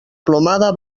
plomada